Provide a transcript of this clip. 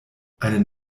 eine